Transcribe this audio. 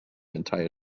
entire